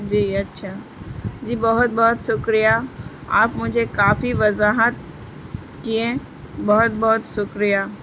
جی اچھا جی بہت بہت شکریہ آپ مجھے کافی وضاحت کیے بہت بہت شکریہ